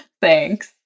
Thanks